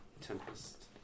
Tempest